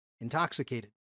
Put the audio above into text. intoxicated